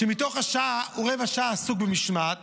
שמתוך השעה או רבע שעה הוא עסוק במשמעת